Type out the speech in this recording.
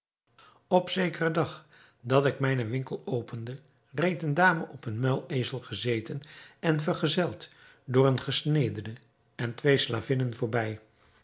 op zekeren dag dat ik mijnen winkel opende reed eene dame op een muilezel gezeten en vergezeld door een gesnedene en twee slavinnen voorbij